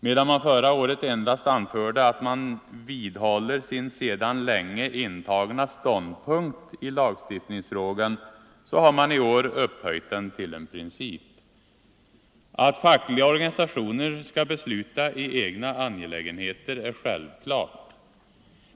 Medan man förra året endast anförde att man ”vidhåller sin sedan länge intagna ståndpunkt” i lagstiftningsfrågan, har man i år upphöjt den till en princip. Att fackliga organisationer skall besluta i egna angelägenheter är självklart.